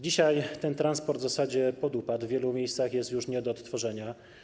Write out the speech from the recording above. Dzisiaj ten transport w zasadzie podupadł, a w wielu miejscach jest już nie do odtworzenia.